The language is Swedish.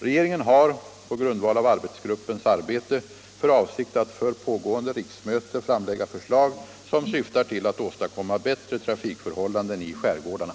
Regeringen har — på grundval av arbetsgruppens arbete — för avsikt att för pågående riksmöte framlägga förslag som syftar till att åstadkomma bättre trafikförhållanden i skärgårdarna.